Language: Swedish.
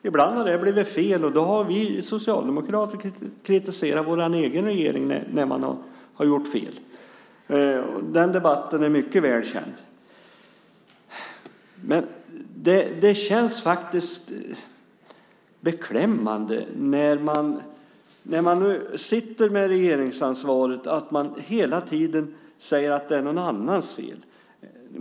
Ibland har det blivit fel och då har vi socialdemokrater kritiserat vår egen regering. Den debatten är mycket väl känd. Det känns faktiskt beklämmande att den som sitter med regeringsansvaret hela tiden säger att det är någon annans fel.